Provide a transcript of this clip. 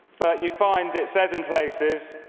you find it says in places,